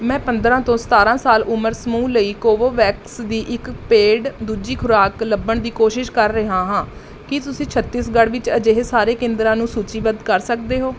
ਮੈਂ ਪੰਦਰ੍ਹਾਂ ਤੋਂ ਸਤਾਰ੍ਹਾਂ ਸਾਲ ਉਮਰ ਸਮੂਹ ਲਈ ਕੋਵੋਵੈਕਸ ਦੀ ਇੱਕ ਪੇਡ ਦੂਜੀ ਖੁਰਾਕ ਲੱਭਣ ਦੀ ਕੋਸ਼ਿਸ਼ ਕਰ ਰਿਹਾ ਹਾਂ ਕੀ ਤੁਸੀਂ ਛੱਤੀਸਗੜ੍ਹ ਵਿੱਚ ਅਜਿਹੇ ਸਾਰੇ ਕੇਂਦਰਾਂ ਨੂੰ ਸੂਚੀਬੱਧ ਕਰ ਸਕਦੇ ਹੋ